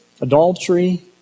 adultery